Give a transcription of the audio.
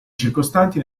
circostanti